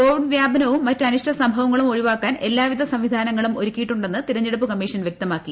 Covid വ്യാപനവും മറ്റ് അനിഷ്ടസംഭവങ്ങളും ഒഴിവാക്കാൻ എല്ലാവിധ സംവിധാനങ്ങളും ഒരുക്കിയിട്ടുണ്ടെന്ന് തിരഞ്ഞെടുപ്പ് കമ്മീഷൻ വ്യക്തമാക്കി